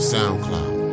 SoundCloud